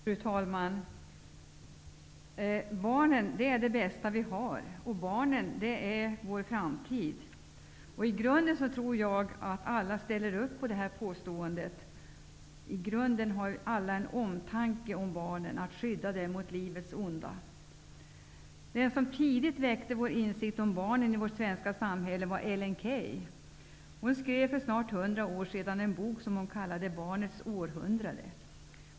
Fru talman! Barnen är det bästa vi har -- barnen är vår framtid! I grunden tror jag att alla ställer upp på detta påstående, och i grunden har alla omtanke om barnen och en önskan att skydda dem mot livets onda. Den som tidigt väckte vår insikt om barnen i vårt svenska samhälle var Ellen Key. Hon skrev för snart 100 år sedan en bok som hon kallade ''Barnets århundrade''.